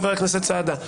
חבר הכנסת סעדה,